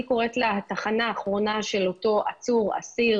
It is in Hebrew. אני קוראת לה התחנה האחרונה של אותו עצור או אסיר